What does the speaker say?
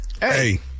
hey